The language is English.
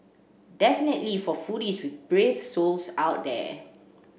definitely for foodies with brave souls out there